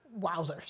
Wowzers